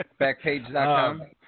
Backpage.com